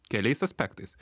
keliais aspektais